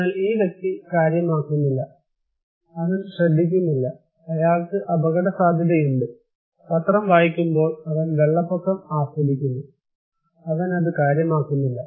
എന്നാൽ ഈ വ്യക്തി കാര്യമാക്കുന്നില്ല അവൻ ശ്രദ്ധിക്കുന്നില്ല അയാൾക്ക് അപകടസാധ്യതയുണ്ട് പത്രം വായിക്കുമ്പോൾ അവൻ വെള്ളപ്പൊക്കം ആസ്വദിക്കുന്നു അവൻ അത് കാര്യമാക്കുന്നില്ല